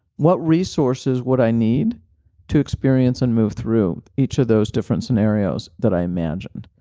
what resources would i need to experience and move through each of those different scenarios that i imagined,